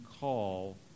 call